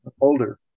older